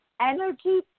energy